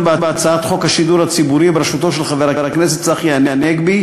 בהצעת חוק השידור הציבורי (תיקון) בראשותו של חבר הכנסת צחי הנגבי,